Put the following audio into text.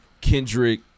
Kendrick